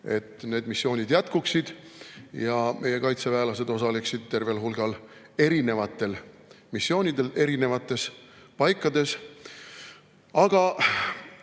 et need missioonid jätkuksid ja meie kaitseväelased osaleksid tervel hulgal erinevatel missioonidel erinevates paikades. Aga